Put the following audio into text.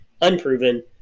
Unproven